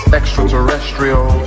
extraterrestrial